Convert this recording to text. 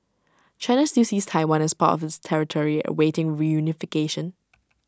China still sees Taiwan as part of its territory awaiting reunification